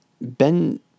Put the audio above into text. Ben